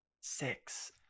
Six